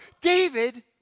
David